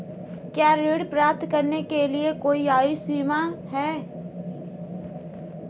क्या ऋण प्राप्त करने के लिए कोई आयु सीमा है?